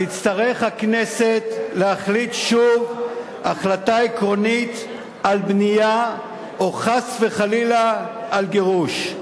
תצטרך הכנסת להחליט שוב החלטה עקרונית על בנייה או חס וחלילה על גירוש.